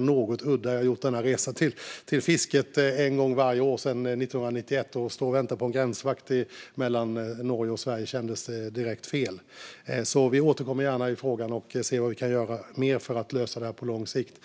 något udda. Jag har gjort den resan till fisket en gång varje år sedan 1991, och att stå och vänta på en gränsvakt mellan Norge och Sverige kändes direkt fel. Vi återkommer gärna i frågan och ser vad vi kan göra mer för att lösa det här på lång sikt.